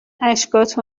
اشکاتو